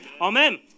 Amen